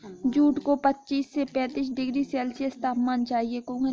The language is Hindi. जूट को पच्चीस से पैंतीस डिग्री सेल्सियस तापमान चाहिए